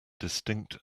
distinct